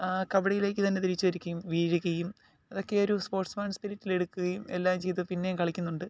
കബഡിയിലേക്ക് തന്നെ തിരിച്ചു വരികയും വീഴുകയും അതൊക്കെയൊരു സ്പോർട്സ്മാൻ സ്പിരിറ്റിൽ എടുകുകയും എല്ലാം ചെയ്തു പിന്നെയും കളിക്കുന്നുണ്ട്